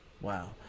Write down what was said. Wow